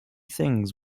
things